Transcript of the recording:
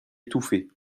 étouffée